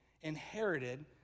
inherited